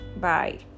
Bye